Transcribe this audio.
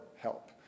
help